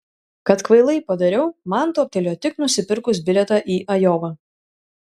kad kvailai padariau man toptelėjo tik nusipirkus bilietą į ajovą